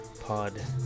Pod